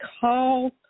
call